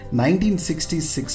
1966